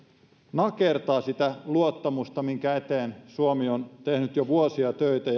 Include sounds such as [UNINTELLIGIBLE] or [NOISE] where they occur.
nakertavat sitä luottamusta minkä eteen suomi on tehnyt jo vuosia töitä [UNINTELLIGIBLE]